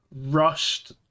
rushed